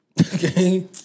Okay